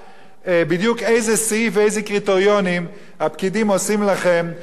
סעיף בדיוק ואיזה קריטריונים הפקידים עושים לכם ומכינים לכם תקציב.